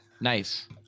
nice